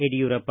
Yediyurappa